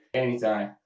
anytime